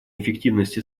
эффективности